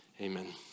amen